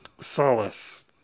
Solace